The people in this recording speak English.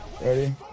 Ready